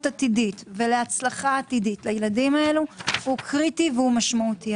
עתידית ולהצלחה עתידית לילדים הללו הוא קריטי ומשמעותי.